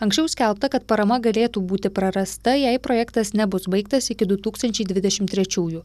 anksčiau skelbta kad parama galėtų būti prarasta jei projektas nebus baigtas iki du tūkstančiai dvidešmt trečiųjų